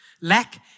Lack